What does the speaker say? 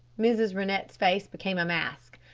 mrs. rennett's face became a mask.